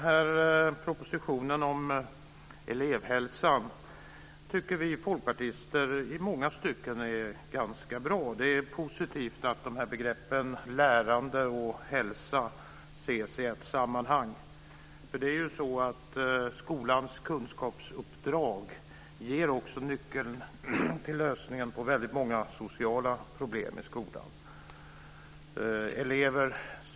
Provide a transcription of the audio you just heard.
Herr talman! Vi folkpartister tycker att propositionen om elevhälsa i många stycken är ganska bra. Det är positivt att begreppen lärande och hälsa ses i ett sammanhang. Skolans kunskapsuppdrag ger ju nyckeln till väldigt många sociala problem i skolan.